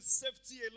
safety